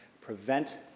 prevent